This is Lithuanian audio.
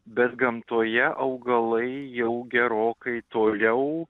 bet gamtoje augalai jau gerokai toliau